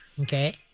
Okay